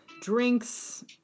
drinks